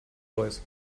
voice